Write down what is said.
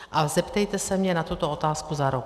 A zeptejte se mne na tuto otázku za rok.